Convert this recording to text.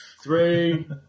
Three